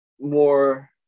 more